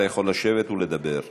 אתה יכול לשבת ולדבר בשקט.